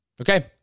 Okay